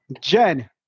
Jen